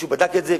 מישהו בדק את זה?